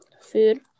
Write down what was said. Food